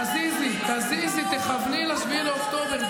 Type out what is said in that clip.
תזיזי, תזיזי, תכווני ל-7 באוקטובר.